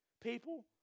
People